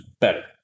better